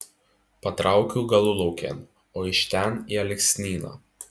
patraukiu galulaukėn o iš ten į alksnyną